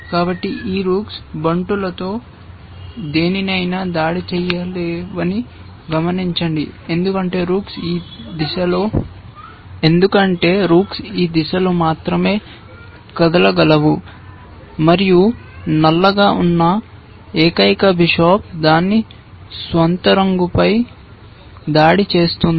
కాబట్టి ఈ రూక్స్ బంటులలో దేనినైనా దాడి చేయలేవని గమనించండి ఎందుకంటే రూక్స్ ఈ దిశలో మాత్రమే కదలగలవు మరియు నల్లగా ఉన్న ఏకైక బిషప్ దాని స్వంత రంగుపై దాడి చేస్తుంది